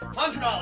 hundred,